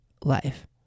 life